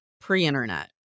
Pre-internet